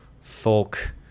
folk